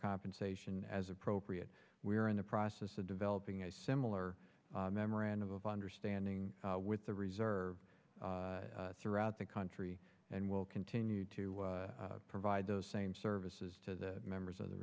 compensation as appropriate we are in the process of developing a similar memorandum of understanding with the reserve throughout the country and we'll continue to provide those same services to the members of the